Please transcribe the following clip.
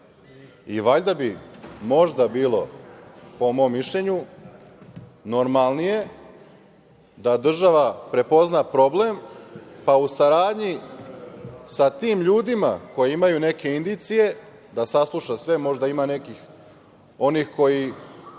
članova. Možda bi bilo, po mom mišljenju, normalnije da država prepozna problem, pa u saradnji sa tim ljudima koji imaju neke indicije, da sasluša sve, možda ima onih koji